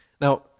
Now